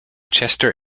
chester